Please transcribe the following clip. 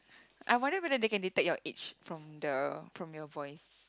I wonder whether they can detect your age from the from your voice